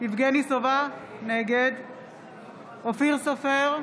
יבגני סובה, נגד אופיר סופר,